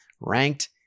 ranked